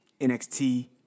NXT